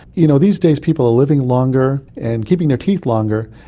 you know these days people are living longer and keeping their teeth longer,